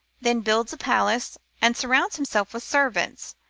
then builds a palace, and surrounds himself with servants.